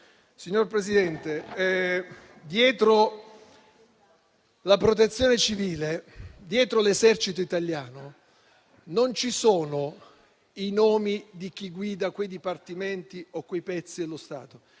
Signor presidente, dietro la Protezione civile, dietro l'Esercito italiano, non ci sono i nomi di chi guida quei dipartimenti o quelle parti dello Stato: